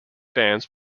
bands